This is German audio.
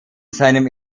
seinem